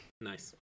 Nice